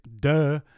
duh